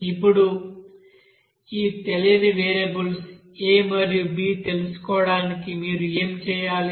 ఇప్పుడు ఈ తెలియని వేరియబుల్స్ a మరియు b తెలుసుకోవడానికి మీరు ఏమి చేయాలి